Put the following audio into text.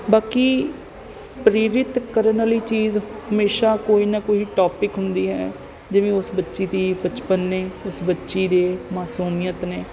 ਬਾਕੀ ਪ੍ਰੇਰਿਤ ਕਰਨ ਵਾਲੀ ਚੀਜ਼ ਹਮੇਸ਼ਾ ਕੋਈ ਨਾ ਕੋਈ ਟੋਪਿਕ ਹੁੰਦੀ ਹੈ ਜਿਵੇਂ ਉਸ ਬੱਚੀ ਦੀ ਬਚਪਨ ਨੇ ਉਸ ਬੱਚੀ ਦੇ ਮਾਸੂਮੀਅਤ ਨੇ